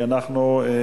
אבל אנחנו פה,